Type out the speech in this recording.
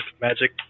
magic